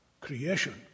creation